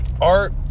art